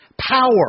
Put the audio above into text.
Power